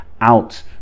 out